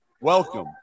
Welcome